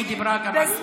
היא דיברה גם על זה.